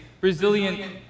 resilient